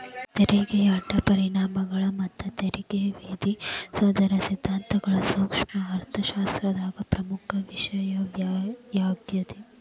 ತೆರಿಗೆಯ ಅಡ್ಡ ಪರಿಣಾಮಗಳ ಮತ್ತ ತೆರಿಗೆ ವಿಧಿಸೋದರ ಸಿದ್ಧಾಂತಗಳ ಸೂಕ್ಷ್ಮ ಅರ್ಥಶಾಸ್ತ್ರದಾಗ ಪ್ರಮುಖ ವಿಷಯವಾಗ್ಯಾದ